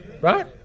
Right